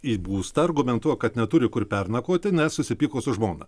į būstą argumentuoja kad neturi kur pernakvoti nes susipyko su žmona